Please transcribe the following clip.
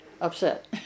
upset